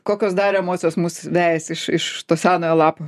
kokios dar emocijos mus vejasi iš iš to senojo lapo